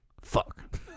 Fuck